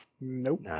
Nope